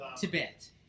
Tibet